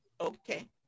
Okay